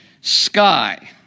sky